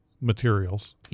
materials